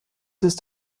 ist